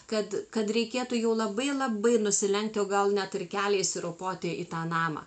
kad kad reikėtų jau labai labai nusilenkti o gal net ir keliais įropoti į tą namą